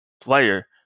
player